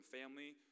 family